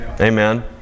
Amen